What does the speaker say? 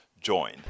join